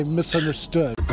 misunderstood